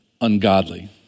ungodly